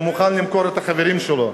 הוא מוכן למכור את החברים שלו.